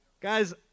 Guys